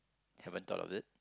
haven't thought of it